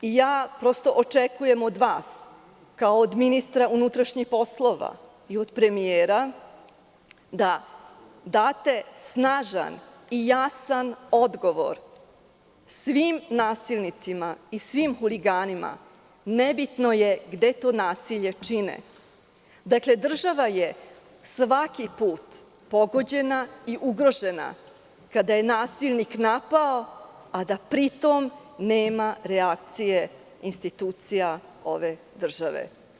Prosto očekujem od vas kao od ministra unutrašnjih poslova i od premijera da date snažan i jasan odgovor svim nasilnicima i svim huliganima, nebitno je gde to nasilje čine, država je svaki put pogođena i ugrožena kada je nasilnik napao, a da pri tome nema reakcije institucija ove države.